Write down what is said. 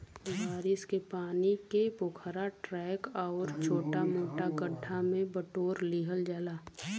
बारिश के पानी के पोखरा, टैंक आउर छोटा मोटा गढ्ढा में बटोर लिहल जाला